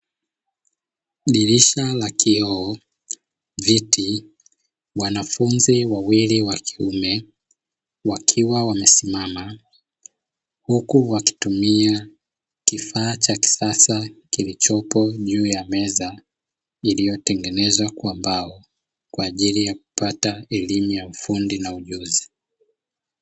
Dirisha la kioo, viti, wanafunzi wawili wa kiume wakiwa wamesimama huku wakitumia kifaa cha kisasa kilichopo juu ya meza, iliyotengenezwa kwa mbao kwa ajili ya kupata elimu ya ufundi na ujuzi.